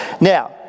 Now